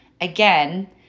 again